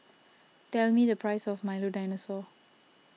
tell me the price of Milo Dinosaur